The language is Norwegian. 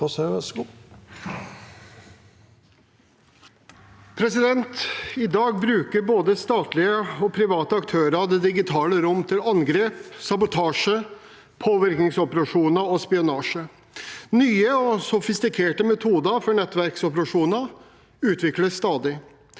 I dag bruker både statlige og private aktører det digitale rom til angrep, sabotasje, påvirkningsoperasjoner og spionasje. Nye og sofistikerte metoder for nettverksoperasjoner utvikles stadig.